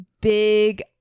big